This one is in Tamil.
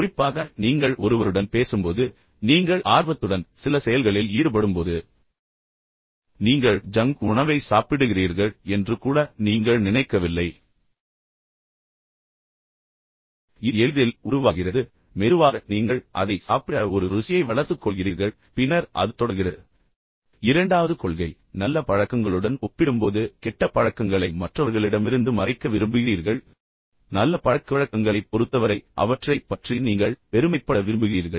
குறிப்பாக நீங்கள் ஒருவருடன் பேசும்போது நீங்கள் ஆர்வத்துடன் சில செயல்களில் ஈடுபடும்போது நீங்கள் ஜங்க் உணவை சாப்பிடுகிறீர்கள் என்று கூட நீங்கள் நினைக்கவில்லை இது எளிதில் உருவாகிறது பின்னர் மெதுவாக நீங்கள் அதை சாப்பிட ஒரு ருசியை வளர்த்துக் கொள்கிறீர்கள் பின்னர் அது தொடர்கிறது நான் பேசிய இரண்டாவது கொள்கையைப் பாருங்கள் பெரும்பாலும் நல்ல பழக்கங்களுடன் ஒப்பிடும்போது உங்கள் கெட்ட பழக்கங்களை மற்றவர்களிடமிருந்து மறைக்க விரும்புகிறீர்கள் நல்ல பழக்கவழக்கங்களைப் பொறுத்தவரை உங்கள் நல்ல பழக்கங்களைப் பற்றி நீங்கள் பெருமைப்பட விரும்புகிறீர்கள்